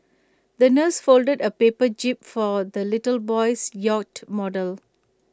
the nurse folded A paper jib for the little boy's yacht model